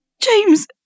James